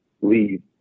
leave